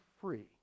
free